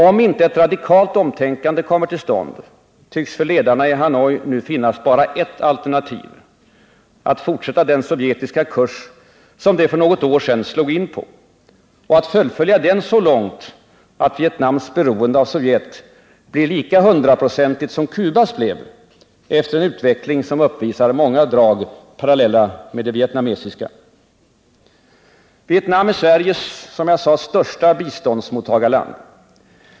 Om inte ett radikalt omtänkande kommer till stånd, tycks för ledarna i Hanoi nu finnas bara ett alternativ — att fortsätta den sovjetiska kurs som de för något år sedan slog in på och att fullfölja den så långt, att Vietnams beroende av Sovjet blir lika hundraprocentigt som Cubas blev efter en utveckling som uppvisar många drag parallella med den vietnamesiska. Vietnam är, som jag sade, Sveriges största biståndsmottagarland.